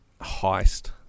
heist